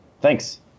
Thanks